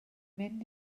mynd